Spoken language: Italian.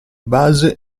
base